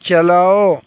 چلاؤ